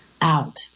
out